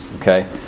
Okay